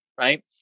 Right